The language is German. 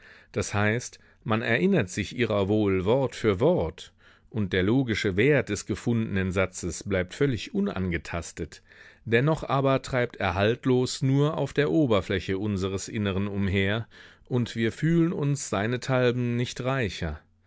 das heißt man erinnert sich ihrer wohl wort für wort und der logische wert des gefundenen satzes bleibt völlig unangetastet dennoch aber treibt er haltlos nur auf der oberfläche unseres inneren umher und wir fühlen uns seinethalben nicht reicher